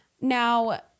Now